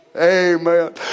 Amen